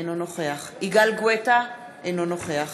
אינו נוכח יגאל גואטה, אינו נוכח